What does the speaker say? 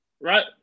Right